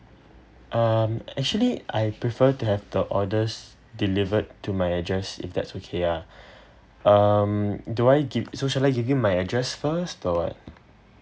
um actually I prefer to have the orders delivered to my address if that's okay ah um do I gi~ so should I give you my address first or what